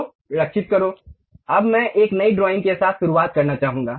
Click this button circle अब मैं एक नई ड्राइंग के साथ शुरुआत करना चाहूंगा